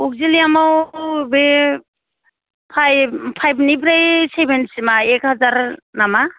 अकजिलियेम आव बे फाइब फाइबनिफ्राय सेभेन सिम आ एक हाजार नामा